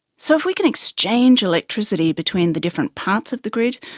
so if we can exchange electricity between the different parts of the grid,